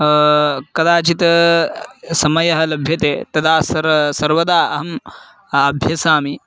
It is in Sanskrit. कदाचित् समयः लभ्यते तदा सर्वं सर्वदा अहम् अभ्यसामि